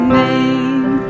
name